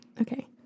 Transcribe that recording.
Okay